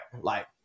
like-